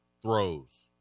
throws